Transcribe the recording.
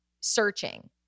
searching